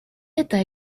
это